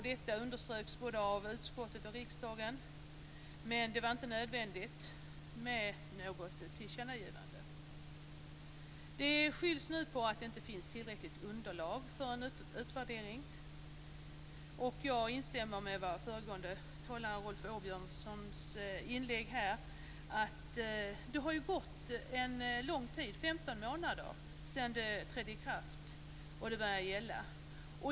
Detta underströks både av utskottet och av riksdagen, men det var inte nödvändigt med något tillkännagivande. Nu skylls det på att det inte finns tillräckligt underlag för en utvärdering. Jag instämmer med föregående talares, Rolf Åbjörnssons, inlägg här. Det har ju gått en lång tid, 15 månader, sedan det trädde i kraft och började gälla.